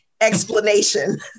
explanation